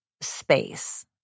space